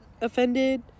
offended –